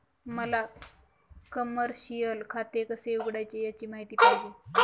मला कमर्शिअल खाते कसे उघडायचे याची माहिती पाहिजे